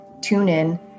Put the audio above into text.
TuneIn